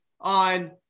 on